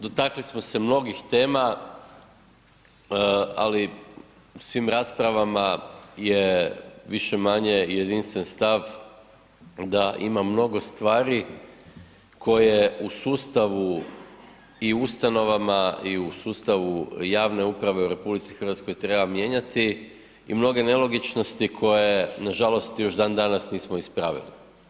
Dotakli smo se mnogih tema, ali u svim raspravama je više-manje jedinstven stav da ima mnogo stvari koje u sustavu i ustanovama i u sustavu javne uprave u RH treba mijenjati i mnoge nelogičnosti koje nažalost još dan danas nismo ispravili.